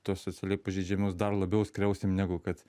tuos socialiai pažeidžiamus dar labiau skriausim negu kad